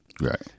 Right